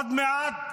עוד מעט